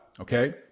Okay